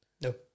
No